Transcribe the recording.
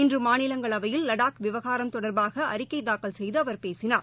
இன்றுமாநிலங்களவையில் லடாக் விவகாரம் தொடர்பாகஅறிக்கைதாக்கல் செய்துஅவர் பேசினார்